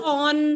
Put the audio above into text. on